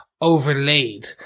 overlaid